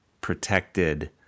protected